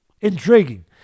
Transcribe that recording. Intriguing